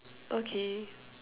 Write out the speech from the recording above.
okay